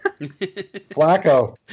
Flacco